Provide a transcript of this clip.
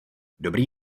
dobrý